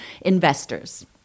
investors